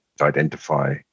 identify